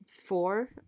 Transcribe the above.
four